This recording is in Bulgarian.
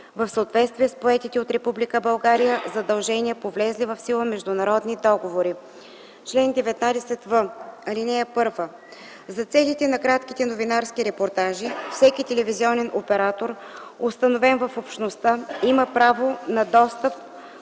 в съответствие с поетите от Република България задължения по влезли в сила международни договори. Чл. 19в. (1) За целите на кратките новинарски репортажи всеки телевизионен оператор, установен в общността, има право на достъп